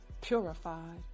purified